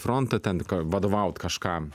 frontą ten ka vadovaut kažkam